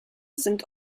sind